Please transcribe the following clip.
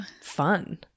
fun